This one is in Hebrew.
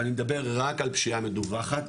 ואני מדבר רק על פשיעה מדווחת,